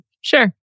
sure